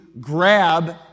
grab